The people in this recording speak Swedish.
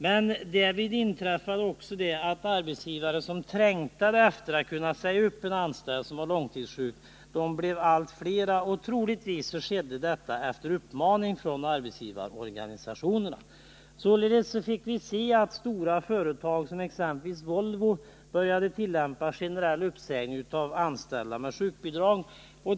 Men därvid inträffade också att antalet arbetsgivare som trängtade efter att kunna säga upp en anställd som var långtidssjuk blev allt större. Troligtvis fick arbetsgivarna en uppmaning från arbetsgivarorganisationerna. Så kunde vi se att stora företag som Volvo började tillämpa en generell uppsägning av anställda med sjukbidrag.